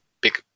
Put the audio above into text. big